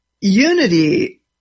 unity